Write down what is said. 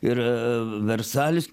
ir versalis